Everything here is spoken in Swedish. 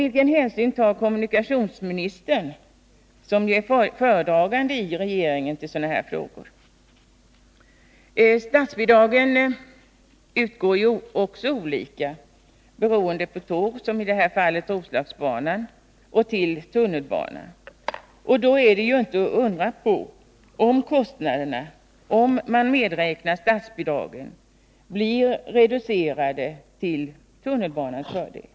Vilken hänsyn tar kommunikationsministern, som ju är föredragande i regeringen, till sådana frågor? Statsbidragen utgår ju också olika beroende på om det gäller tåg, som i det här fallet Roslagsbanan, och om det gäller tunnelbana. Det är inte att undra på att kostnaderna efter reduktion av statsbidragen framstår till tunnelbanans fördel.